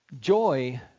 Joy